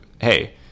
hey